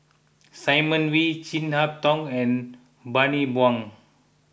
Simon Wee Chin Harn Tong and Bani Buang